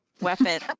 weapon